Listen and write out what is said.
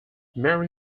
mary